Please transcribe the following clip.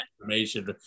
information